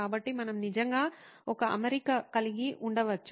కాబట్టి మనము నిజంగా ఒక అమరిక కలిగి ఉండవచ్చు